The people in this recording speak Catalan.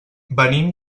venim